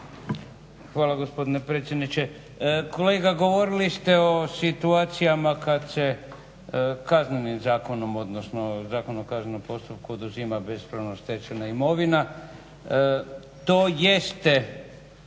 Hvala gospodine predsjedniče. Kolega govorili ste o situacijama kada se kaznenim zakonom odnosno Zakonom o kaznenom postupku oduzima bespravno stečena imovina. To jeste